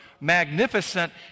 magnificent